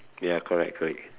ya correct correct